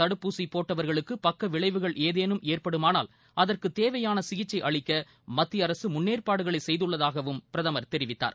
தடுப்பூசி போட்டவர்களுக்கு பக்கவிளைவுகள் ஏதேனும் ஏற்படுமாளால் அதற்கு தேவையான சிகிச்சை அளிக்க மத்திய அரசு முன்னேற்பாடுகளை செய்துள்ளதாகவும் பிரதமர் தெரிவித்தார்